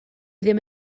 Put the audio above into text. ddim